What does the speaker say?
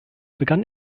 begann